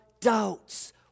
doubts